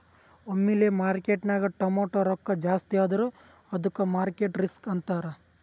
ಒಮ್ಮಿಲೆ ಮಾರ್ಕೆಟ್ನಾಗ್ ಟಮಾಟ್ಯ ರೊಕ್ಕಾ ಜಾಸ್ತಿ ಆದುರ ಅದ್ದುಕ ಮಾರ್ಕೆಟ್ ರಿಸ್ಕ್ ಅಂತಾರ್